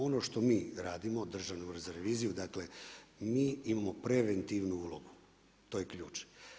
Ono što mi radimo Državna revizija, dakle mi imamo preventivnu ulogu, to je ključ.